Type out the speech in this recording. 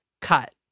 cut